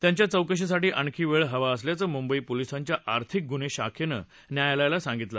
त्यांच्या चौकशीसाठी आणखी वेळ हवा असल्याचं मुंबई पोलिसांच्या आर्थिक गुन्हे शाखेनं न्यायालयाला सांगितलं